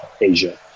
Asia